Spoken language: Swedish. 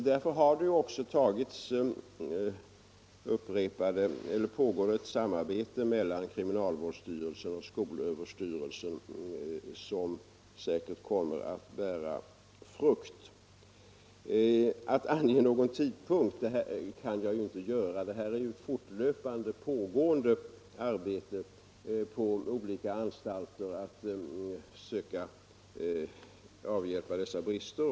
Därför pågår också ett samarbete mellan kriminalvårdsstyrelsen och skolöverstyrelsen som säkerligen kommer att bära frukt. Jag kan inte ange någon tidpunkt för när åtgärderna kommer att sättas in — detta är ett fortlöpande arbete som pågår på olika anstalter för att avhjälpa dessa brister.